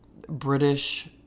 British